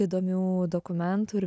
įdomių dokumentų ir